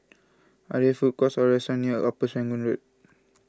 are there food courts or restaurants near Upper Serangoon Road